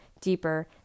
deeper